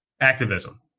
activism